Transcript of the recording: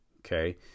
Okay